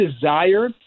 desire